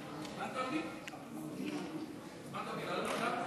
מיקי לוי.